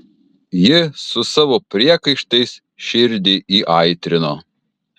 ji su savo priekaištais širdį įaitrino